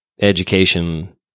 education